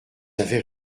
avez